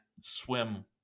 swim